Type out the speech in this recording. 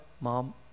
mom